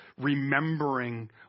remembering